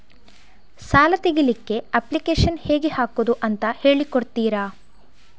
ಸಾಲ ತೆಗಿಲಿಕ್ಕೆ ಅಪ್ಲಿಕೇಶನ್ ಹೇಗೆ ಹಾಕುದು ಅಂತ ಹೇಳಿಕೊಡ್ತೀರಾ?